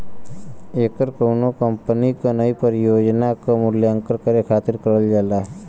ऐकर कउनो कंपनी क नई परियोजना क मूल्यांकन करे खातिर करल जाला